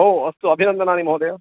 ओ अस्तु अभिनन्दनानि महोदय